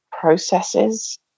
processes